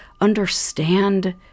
understand